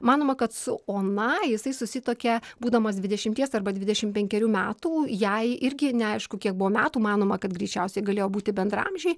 manoma kad su ona jisai susituokė būdamas dvidešimties arba dvidešimt penkerių metų jai irgi neaišku kiek buvo metų manoma kad greičiausiai galėjo būti bendraamžiai